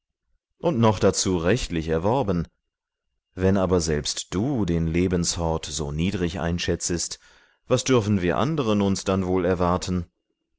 und noch dazu rechtlich erworben wenn aber selbst du den lebenshort so niedrig einschätzest was dürfen wir anderen uns dann wohl erwarten